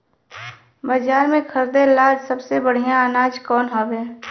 बाजार में खरदे ला सबसे बढ़ियां अनाज कवन हवे?